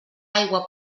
aigua